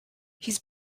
he’s